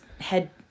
head